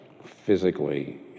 Physically